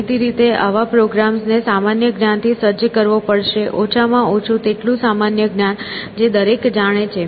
દેખીતી રીતે આવા પ્રોગ્રામને સામાન્ય જ્ઞાન થી સજ્જ કરવો પડશે ઓછામાં ઓછું તેટલું સામાન્ય જ્ઞાન જે દરેક જાણે છે